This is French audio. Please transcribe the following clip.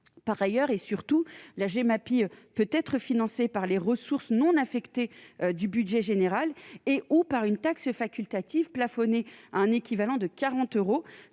par ailleurs et surtout la Gemapi peut-être financé par les ressources non affectées du budget général et ou par une taxe facultative plafonné un équivalent de 40 euros